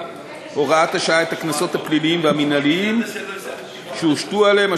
השעה את הקנסות הפליליים והמינהליים שהושתו עליהם,